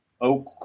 Oak